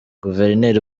guverineri